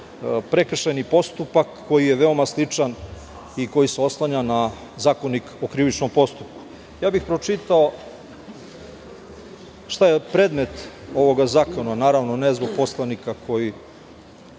prekršajni postupak koji je veoma sličan i koji se oslanja na Zakonik o krivičnom postupku. Pročitao bih šta je predmet ovog zakona. Naravno, ne zbog poslanika koji